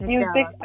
Music